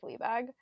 Fleabag